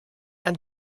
and